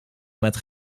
met